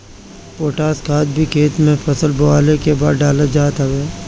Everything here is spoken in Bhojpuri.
पोटाश खाद भी खेत में फसल बोअला के बाद डालल जात हवे